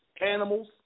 animals